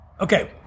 Okay